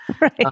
Right